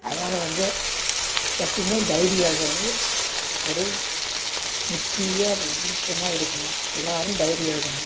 அதனால் வந்து எப்பவுமே டைரி எழுதறது ஒரு முக்கிய விருப்பமாக இருக்கணும் எல்லாேரும் டைரி எழுதணும்